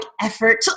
effort